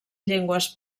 llengües